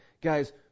guys